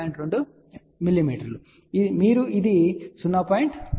2 mm మీరు ఇది 0